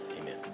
Amen